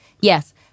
Yes